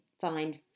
find